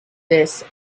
this